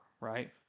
right